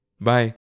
Bye